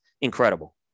incredible